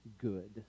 good